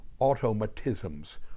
automatisms